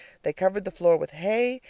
they covered the floor with hay,